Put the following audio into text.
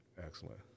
Excellent